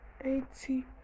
eighty